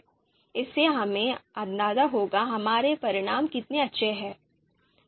इससे हमें अंदाजा होगा कि हमारे परिणाम कितने अच्छे हैं